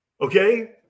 okay